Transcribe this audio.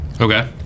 okay